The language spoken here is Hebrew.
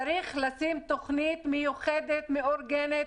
צריך לקבוע תוכנית מיוחדת מאורגנת.